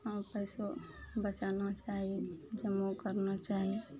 हँ पैसो बचाना चाही जमो करना चाही